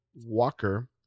walker